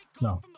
No